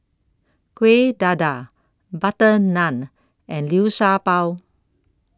Kuih Dadar Butter Naan and Liu Sha Bao